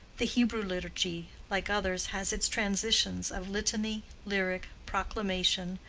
the hebrew liturgy, like others, has its transitions of litany, lyric, proclamation,